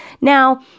Now